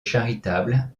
charitable